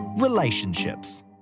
Relationships